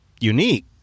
unique